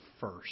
first